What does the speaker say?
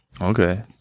okay